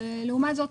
ולעומת זאת,